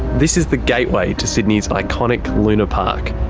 this is the gateway to sydney's iconic luna park.